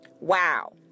Wow